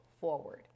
forward